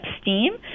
steam